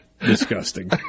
disgusting